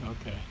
Okay